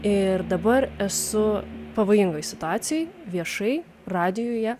ir dabar esu pavojingoj situacijoj viešai radijuje